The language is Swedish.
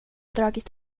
dragit